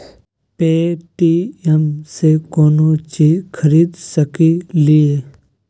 Paytm से कौनो चीज खरीद सकी लिय?